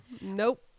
Nope